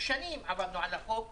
שנים עבדנו על החוק,